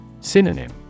Synonym